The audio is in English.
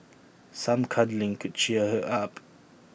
some cuddling could cheer her up